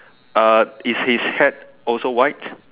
uh is his hat also white